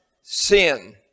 sin